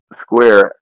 square